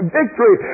victory